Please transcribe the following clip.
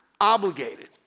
obligated